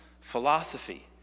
philosophy